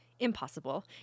Impossible